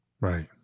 Right